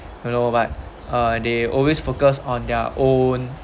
you know but uh they always focus on their own